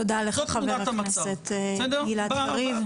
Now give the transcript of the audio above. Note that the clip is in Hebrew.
תודה לך, חבר הכנסת גלעד קריב.